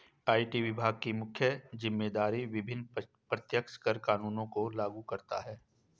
IT विभाग की मुख्य जिम्मेदारी विभिन्न प्रत्यक्ष कर कानूनों को लागू करता है